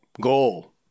goal